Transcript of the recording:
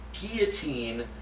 guillotine